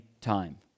time